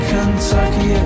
Kentucky